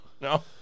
No